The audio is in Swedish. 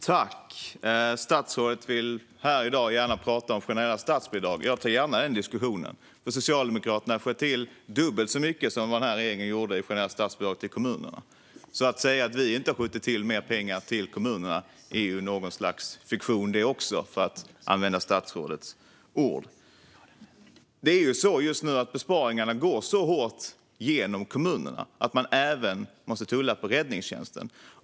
Fru talman! Statsrådet vill här i dag gärna tala om generella statsbidrag. Jag tar gärna den diskussionen, för Socialdemokraterna sköt till dubbelt så mycket som vad den här regeringen gjort i generella statsbidrag till kommunerna. Att säga att vi inte har skjutit till mer pengar till kommunerna är också något slags fiktion, för att använda statsrådets ord. Just nu slår besparingarna så hårt i kommunerna att de även måste tulla på räddningstjänsten.